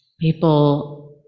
people